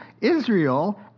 Israel